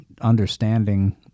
understanding